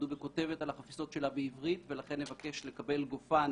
"דובק" כותבת על החפיסות שלה בעברית ולכן נבקש לקבל גופן